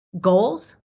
goals